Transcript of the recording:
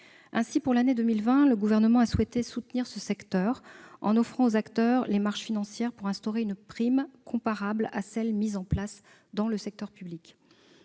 Ainsi, pour l'année 2020, le Gouvernement a souhaité soutenir ce secteur en offrant aux acteurs les marges financières nécessaires pour instaurer une prime comparable à celle mise en place dans le secteur public.